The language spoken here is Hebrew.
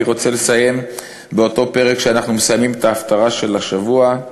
אני רוצה לסיים בפרק שאנחנו מסיימים בו את ההפטרה של השבוע: